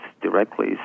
directly